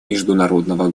международного